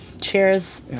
Cheers